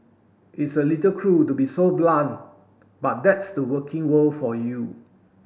it's a little cruel to be so blunt but that's the working world for you